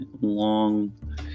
long